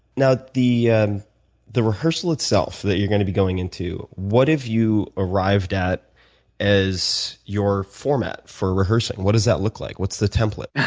now, the and the rehearsal itself that you're going to be going into, what have you arrived at as your format for rehearsing? what does that look like, what's the template?